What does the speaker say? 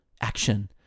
Action